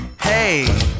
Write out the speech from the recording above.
hey